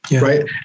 right